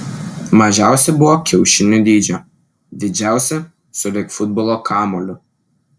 mažiausi buvo kiaušinio dydžio didžiausi sulig futbolo kamuoliu